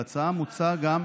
בהצעה מוצע גם,